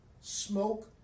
smoke